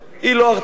היא לא הרתעתית,